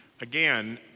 Again